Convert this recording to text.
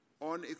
on